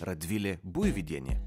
radvilė buivydienė